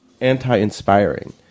anti-inspiring